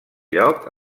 lloc